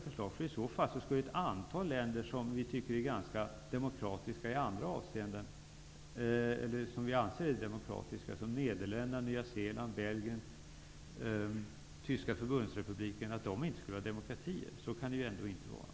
I så fall skulle ett antal länder som vi anser är demokratiska, t.ex. Tyskland, inte vara demokratier. Så kan det ju ändå inte vara.